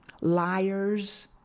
liars